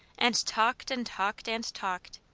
and talked and talked and talked.